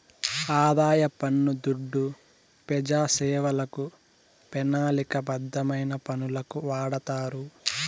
ఆదాయ పన్ను దుడ్డు పెజాసేవలకు, పెనాలిక బద్ధమైన పనులకు వాడతారు